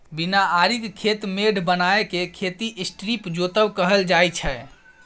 बिना आरिक खेत मेढ़ बनाए केँ खेती स्ट्रीप जोतब कहल जाइ छै